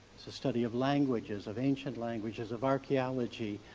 study of languages, of ancient languages, of archaeology,